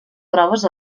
proves